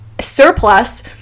surplus